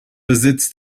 besitz